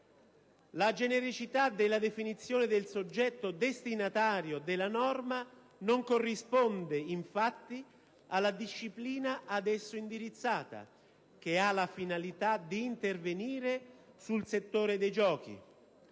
La genericità della definizione del soggetto destinatario della norma non corrisponde, infatti, alla disciplina ad esso indirizzata, che ha la finalità di intervenire sul settore dei giochi.